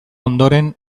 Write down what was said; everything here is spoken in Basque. ondoren